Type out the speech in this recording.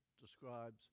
describes